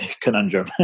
conundrum